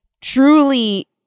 truly